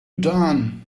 done